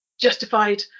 justified